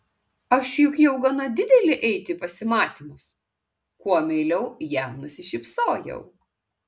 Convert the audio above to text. aš juk jau gana didelė eiti į pasimatymus kuo meiliau jam nusišypsojau